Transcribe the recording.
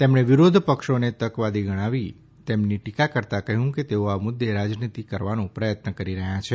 તેમણે વિરોધ પક્ષોને તકવાદી ગણાવી તેમની ટીકા કરતાં કહ્યું કે તેઓ આ મુદ્દે રાજનીતી કરવાનો પ્રયત્નો કરી રહ્યા છે